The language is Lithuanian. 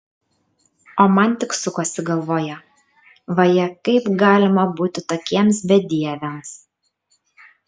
o man tik sukosi galvoje vaje kaip galima būti tokiems bedieviams